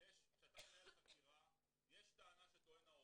יש טענה שטוען ההורה,